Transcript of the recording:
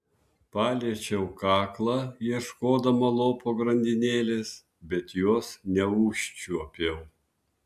paliečiau kaklą ieškodama lopo grandinėlės bet jos neužčiuopiau